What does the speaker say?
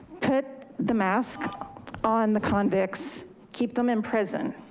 put the mask on the convicts, keep them in prison.